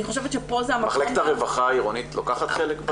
אני חושבת שפה זה --- מחלקת הרווחה העירונית לוקחת חלק?